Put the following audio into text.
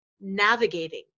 navigating